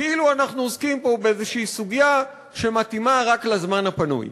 כאילו אנחנו עוסקים פה באיזו סוגיה שמתאימה רק לזמן הפנוי.